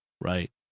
Right